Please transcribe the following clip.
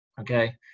okay